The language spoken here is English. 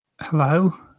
Hello